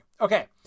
Okay